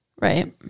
Right